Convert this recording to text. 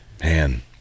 Man